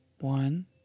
one